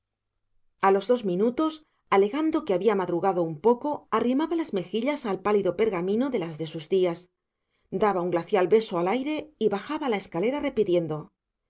a los dos minutos alegando que había madrugado un poco arrimaba las mejillas al pálido pergamino de las de sus tías daba un glacial beso al aire y bajaba la escalera repitiendo